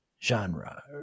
genre